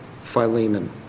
Philemon